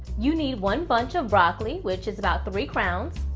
you need one bunch of broccoli, which is about three crowns.